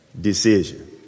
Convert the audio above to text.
decision